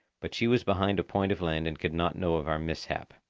but she was behind a point of land and could not know of our mishap.